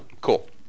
Cool